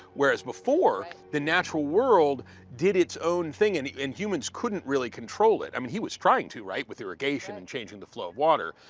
whereas before, the natural world did its own thing and humans couldn't really control it. i mean, he was trying to, right, with irrigation and changing the flow of water.